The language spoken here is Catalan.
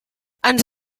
ens